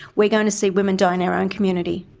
we're going to see women die in our own community.